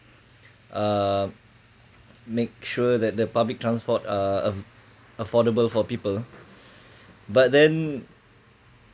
uh make sure that the public transport are af~ affordable for people but then